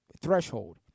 threshold